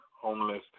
homeless